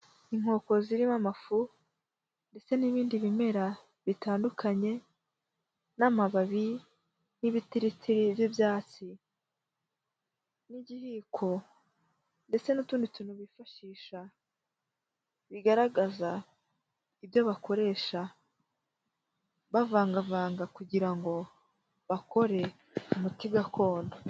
Inkoko zirimo amafu ndetse n'ibindi bimera bitandukanye n'amababi n'ibitiriti by'ibyatsi n'igihiko ndetse n'utundi tuntu bifashisha bigaragaza ibyo bakoresha bavangavanga kugira ngo bakore umuti gakondo.